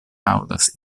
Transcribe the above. aŭdas